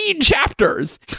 chapters